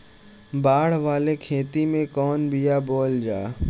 बाड़ वाले खेते मे कवन बिया बोआल जा?